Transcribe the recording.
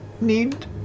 need